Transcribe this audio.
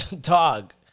dog